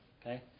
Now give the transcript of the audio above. okay